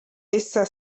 essa